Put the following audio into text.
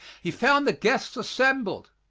he found the guests assembled,